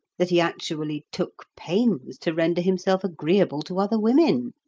that he actually took pains to render himself agreeable to other women.